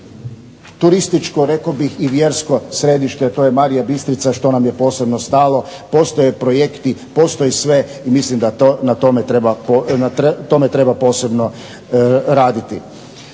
turističke rekao bih i vjersko središta, a to je Marija Bistrica što nam je posebno stalo. Postoje projekti, postoji sve i mislim da na tome treba posebno raditi.